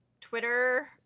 twitter